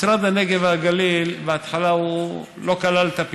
משרד הנגב והגליל בהתחלה לא כלל את הפריפריה: